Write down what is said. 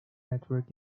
network